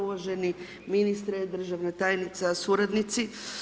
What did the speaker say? Uvaženi ministre, državna tajnica, suradnici.